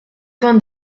vingt